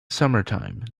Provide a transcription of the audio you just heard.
summertime